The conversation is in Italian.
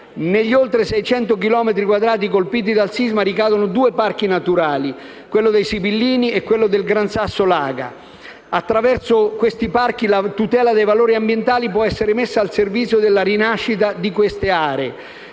Negli oltre 600 chilometri quadrati colpiti dal sisma ricadono due parchi nazionali - quello dei Monti Sibillini e quello del Gran Sasso e Monti Laga - attraverso i quali la tutela dei valori ambientali può essere messa al servizio della rinascita di queste aree.